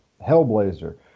Hellblazer